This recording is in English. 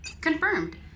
Confirmed